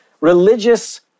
Religious